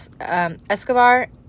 escobar